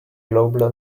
global